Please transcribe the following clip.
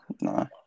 no